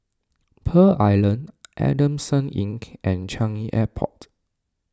Pearl Island Adamson Innk and Changi Airport